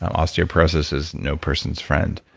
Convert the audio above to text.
um osteoporosis is no person's friend.